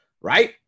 Right